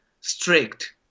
strict